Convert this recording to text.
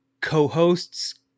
co-hosts